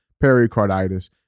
pericarditis